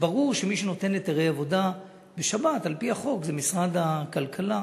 זה ברור שמי שנותן היתרי עבודה בשבת על-פי החוק זה משרד הכלכלה.